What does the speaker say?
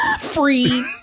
free